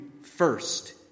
first